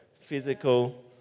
physical